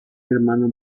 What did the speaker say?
hermano